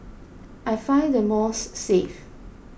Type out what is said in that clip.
I find the malls safe